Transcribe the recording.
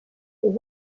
les